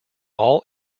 all